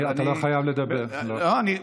אתה לא חייב לדבר, לא.